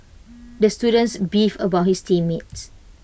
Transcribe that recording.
the student beefed about his team mates